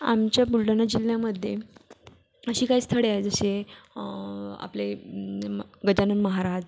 आमच्या बुलढाणा जिल्ह्यामध्ये अशी काही स्थळे आहे जसे आपले म गजानन महाराज